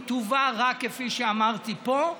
היא תובא רק כפי שאמרתי פה,